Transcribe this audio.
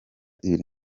ibiri